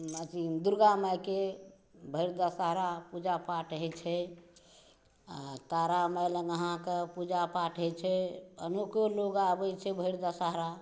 दुर्गा माइकेँ भरि दशहरा पूजा पाठ होइ छै आ तारामाइ लग अहाँकेँ पूजा पाठ होइ छै अनेको लोक आबै छै भरि दशहरा